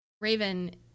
Raven